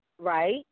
Right